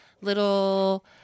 little